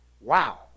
Wow